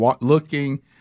looking